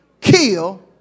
kill